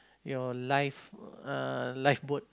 your life uh lifeboat